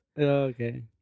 okay